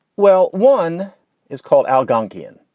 well, one is called algonkin,